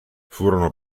furono